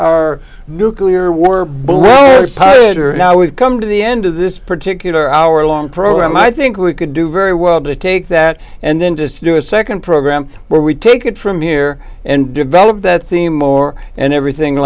our nuclear war board tireder now we've come to the end of this particular hour long program i think we could do very well to take that and then just do a nd program where we take it from here and develop that theme more and everything